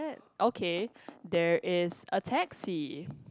okay there is a taxi